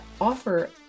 offer